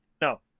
No